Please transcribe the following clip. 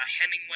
Hemingway